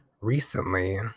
recently